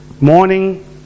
Morning